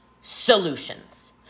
solutions